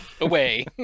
away